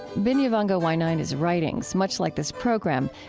binyavanga wainaina's writings, much like this program,